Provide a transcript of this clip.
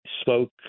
spoke